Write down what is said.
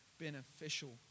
beneficial